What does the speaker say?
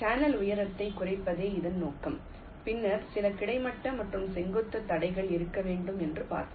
channel உயரத்தை குறைப்பதே இதன் நோக்கம் பின்னர் சில கிடைமட்ட மற்றும் செங்குத்து தடைகள் இருக்க வேண்டும் என்று பார்ப்போம்